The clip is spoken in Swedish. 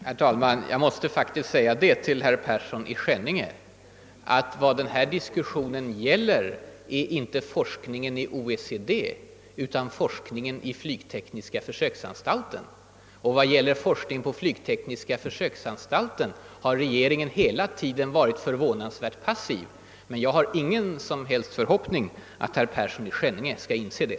Herr talman! Jag måste faktiskt säga till herr Persson i Skänninge att den här diskussionen gäller inte forskningen inom OECD eller ICAO utan forskningen vid flygtekniska försöksanstalten. Beträffande denna svenska forskning har regeringen hela tiden varit förvånande passiv. Men jag har ingen som helst förhoppning om att herr Persson i Skänninge skall inse det.